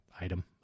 item